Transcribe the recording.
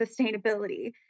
sustainability